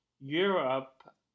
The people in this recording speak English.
Europe